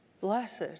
Blessed